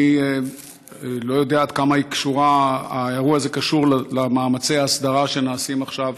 אני לא יודע עד כמה האירוע הזה קשור למאמצי ההסדרה שנעשים עכשיו